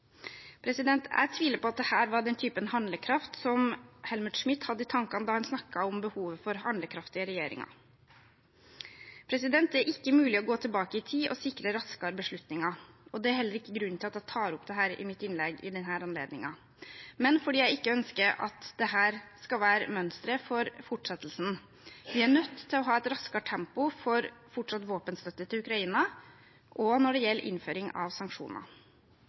Jeg tviler på at dette var den typen handlekraft som Helmut Schmidt hadde i tankene da han snakket om behovet for handlekraftige regjeringer. Det er ikke mulig å gå tilbake i tid og sikre raskere beslutninger, og det er heller ikke grunnen til at jeg tar opp dette i mitt innlegg i denne anledningen, men fordi jeg ikke ønsker at dette skal være mønsteret for fortsettelsen. Vi er nødt til å ha et raskere tempo for fortsatt våpenstøtte til Ukraina, og også når det gjelder innføring av sanksjoner.